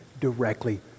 directly